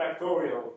factorial